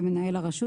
ו-"מנהל הרשות,